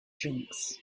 drinks